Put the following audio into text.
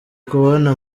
kubona